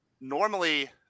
normally